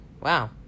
wow